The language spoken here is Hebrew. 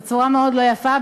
בצורה מאוד לא יפה,